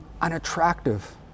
unattractive